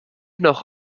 noch